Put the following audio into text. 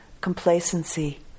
complacency